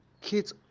kids